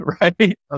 Right